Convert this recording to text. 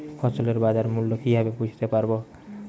ফসলের বাজার মূল্য কিভাবে বুঝতে পারব?